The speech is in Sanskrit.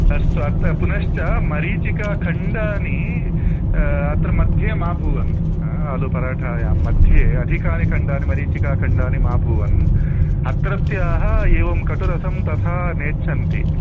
अस्तु अत्र पुनश्च मरीचिकाखण्डानि अत्र मध्ये मा भूवन् आलुपराठायां मध्ये अधिकानि खण्डानि मरीचिकाखण्डानि मा भूवन् अत्रत्याः एवं कटुरसं तथा नेच्छन्ति